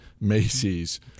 Macy's